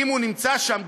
אם הוא נמצא שם,